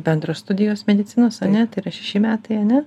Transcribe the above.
bendros studijos medicinos ane tai yra šeši metai ane